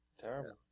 Terrible